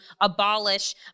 abolish